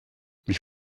ich